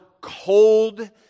cold